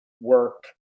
work